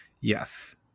Yes